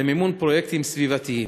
למימון פרויקטים סביבתיים.